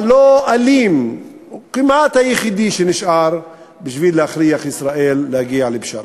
הלא-אלים כמעט היחיד שנשאר כדי להכריח את ישראל להגיע לפשרה.